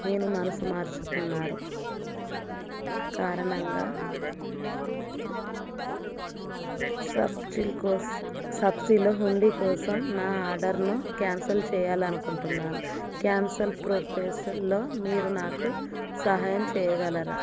నేను మనసు మార్చుకున్నారు కారణంగా సప్చిల్ కోసం సప్సీలో హుండీ కోసం నా ఆర్డర్ను క్యాన్సల్ చేయాలని అనుకుంటున్నాను క్యాన్సల్ ప్రొఫెసర్లో మీరు నాకు సహాయం చేయగలరా